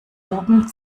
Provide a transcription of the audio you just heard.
oben